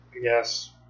Yes